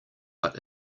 but